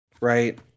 right